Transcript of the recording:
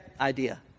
idea